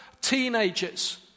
teenagers